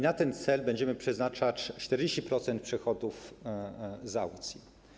Na ten cel będziemy przeznaczać 40% przychodów z aukcji.